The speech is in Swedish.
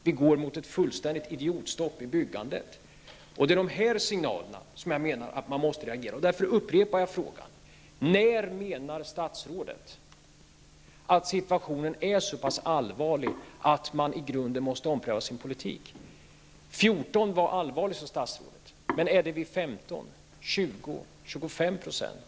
Vi går mot ett fullständigt idiotstopp i byggandet. Det är dessa signaler jag menar att man måste reagera på, och därför upprepar jag frågan: När menar statsrådet att situationen är så pass allvarlig att man i grunden måste ompröva sin politik? En arbetslöshet på 14 % var allvarligt, sade statsrådet, men måste politiken omprövas när arbetslösheten ligger på 15 %, 20 % eller 25 %?